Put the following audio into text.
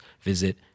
visit